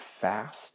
fast